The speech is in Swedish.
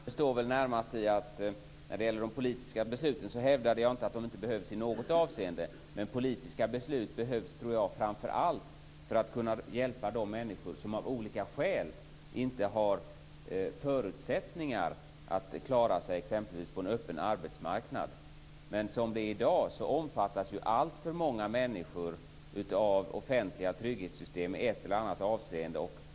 Fru talman! Skillnaden ligger väl inte där. Jag hävdade inte att politiska inte behövs i något avseende. Men politiska beslut behövs, tror jag, framför allt för att hjälpa de människor som exempelvis av olika skäl inte har förutsättningar att klara sig på en öppen arbetsmarknad. Som det är i dag omfattas ju alltför många människor av offentliga trygghetssystem i ett eller annat avseende.